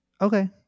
Okay